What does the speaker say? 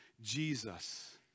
Jesus